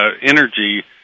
energy